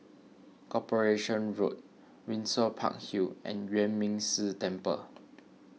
Corporation Road Windsor Park Hill and Yuan Ming Si Temple